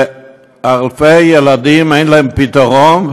ואלפי ילדים אין להם פתרון,